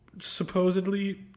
supposedly